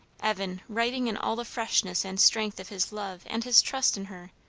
evan, writing in all the freshness and strength of his love and his trust in her,